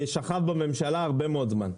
זה שכבר בממשלה הרבה מאוד זמן.